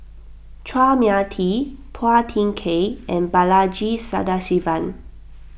Chua Mia Tee Phua Thin Kiay and Balaji Sadasivan